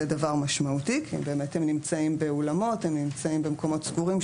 זה דבר משמעותי כי באמת הם נמצאים באולמות ונמצאים במקומות סגורים,